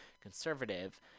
conservative